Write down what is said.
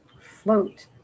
float